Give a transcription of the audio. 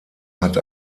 hat